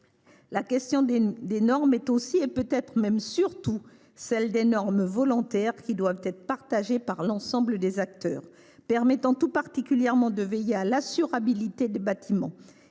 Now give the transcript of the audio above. la question des normes est aussi et peut être même surtout celle des normes volontaires, qui doivent être partagées par l’ensemble des acteurs, permettant tout particulièrement de veiller à l’assurabilité des bâtiments.